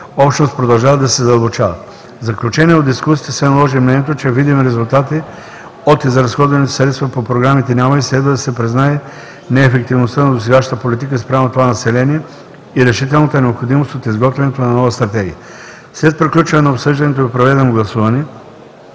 общност продължават да се задълбочават. В заключение от дискусията се наложи мнението, че видими резултати от изразходваните средства по програмите няма и следва да се признае неефективността на досегашната политика спрямо това население и решителната необходимост от изготвянето на нова стратегия. След приключване на обсъждането и проведеното гласуване